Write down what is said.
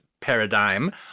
paradigm